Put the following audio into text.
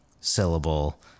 syllable